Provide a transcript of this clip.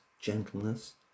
gentleness